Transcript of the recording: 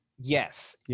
Yes